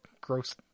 gross